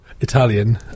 Italian